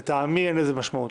לטעמי אין לזה משמעות.